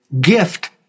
gift